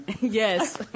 yes